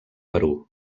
perú